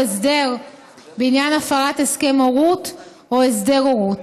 הסדר בעניין הפרת הסכם הורות או הסדר הורות.